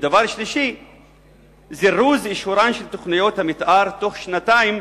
3. זירוז אישורן של תוכניות המיתאר תוך שנתיים,